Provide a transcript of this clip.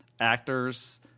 actors